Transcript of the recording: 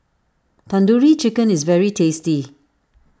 Tandoori Chicken is very tasty